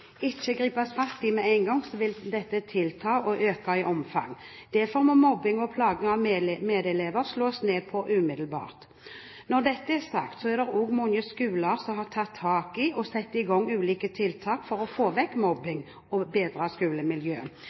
ikke gripes fatt i med en gang, vil dette tilta og øke i omfang. Derfor må mobbing og plaging av medelever slås ned på umiddelbart. Når dette er sagt, er det også mange skoler som har tatt tak og satt i gang ulike tiltak for å få vekk mobbing og bedre